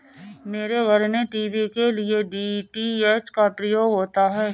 मेरे घर में टीवी के लिए डी.टी.एच का प्रयोग होता है